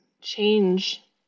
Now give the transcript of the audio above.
change